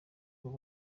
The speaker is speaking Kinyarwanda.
ngo